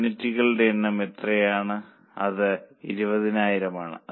യൂണിറ്റുകളുടെ എണ്ണം എത്രയാണ് അത് 20000 ആണ്